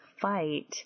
fight